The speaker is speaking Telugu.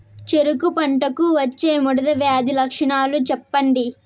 చెరుకు పంటకు వచ్చే ముడత వ్యాధి లక్షణాలు చెప్పండి?